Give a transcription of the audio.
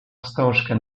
wstążkę